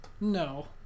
no